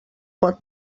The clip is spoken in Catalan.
pot